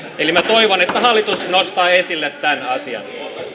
eli minä toivon että hallitus nostaa esille tämän